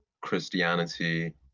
christianity